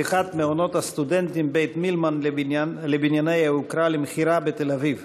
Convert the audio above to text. הפיכת מעונות הסטודנטים בית-מילמן לבנייני יוקרה למכירה בתל-אביב.